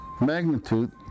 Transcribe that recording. magnitude